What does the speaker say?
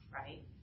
right